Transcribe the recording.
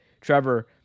Trevor